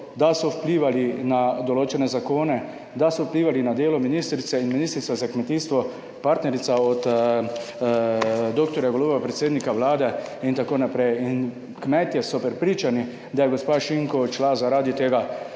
da so vplivali na določene zakone, da so vplivali na delo ministrice in Ministrstva za kmetijstvo. Partnerica od dr. Goloba, predsednika vlade in tako naprej. In kmetje so prepričani, da je gospa Šinko odšla zaradi tega,